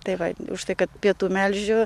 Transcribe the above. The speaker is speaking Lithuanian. tai va užtai kad pietų melžiu